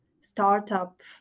startup